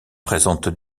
présente